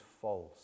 false